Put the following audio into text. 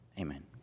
Amen